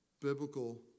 Biblical